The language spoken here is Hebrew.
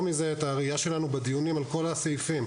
מזה את הראייה שלנו בדיונים על כל הסעיפים.